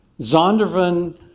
Zondervan